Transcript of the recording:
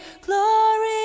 Glory